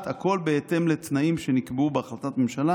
שהכול בהתאם לתנאים שנקבעו בהחלטת ממשלה,